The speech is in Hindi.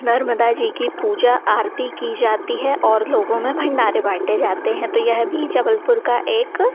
नर्मदा जी की पूजा आरती की जाती है और लोगों में भंडारे बाटे जाते हैं तो यह भी जबलपुर का एक